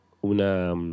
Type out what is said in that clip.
una